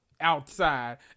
outside